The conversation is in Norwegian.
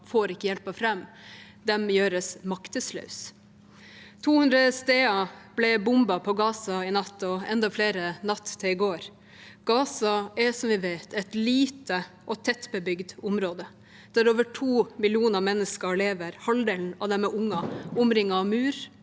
får ikke hjelpen fram. De gjøres maktesløse. 200 steder ble bombet i Gaza i natt og enda flere natt til i går. Gaza er, som vi vet, et lite og tettbebygd område der over to millioner mennesker, halvdelen av dem unger, lever omringet av mur